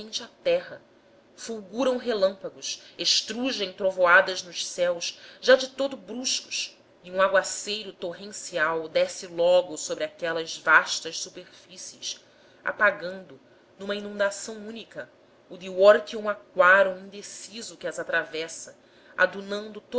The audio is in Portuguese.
violentamente a terra fulguram relâmpagos estrugem trovoadas nos céus já de todo bruscos e um aguaceiro torrencial desce logo sobre aquelas vastas superfícies apagando numa inundação única o divortium aquarum indeciso que as atravessa adunando